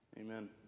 Amen